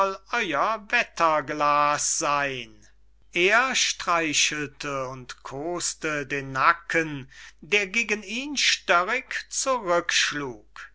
wetterglas seyn er streichelte und koßte den nacken der gegen ihn störrig zurück